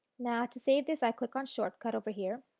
now to save this i click on short cut over here